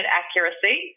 accuracy